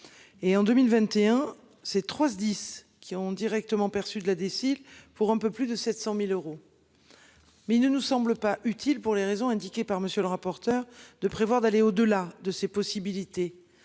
Et en 2021, ces 3 SDIS qui ont directement perçu de la déciles pour un peu plus de 700.000 euros. Mais il ne nous semble pas utile pour les raisons indiquées par monsieur le rapporteur de prévoir d'aller au-delà de ses possibilités.